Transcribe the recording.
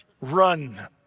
Run